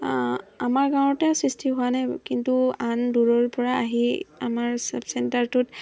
আমাৰ গাঁৱতে সৃষ্টি হোৱা নাই কিন্তু আন দূৰৰ পৰা আহি আমাৰ চাব চেণ্টাৰটোত